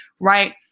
right